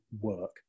work